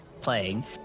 playing